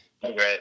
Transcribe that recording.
Great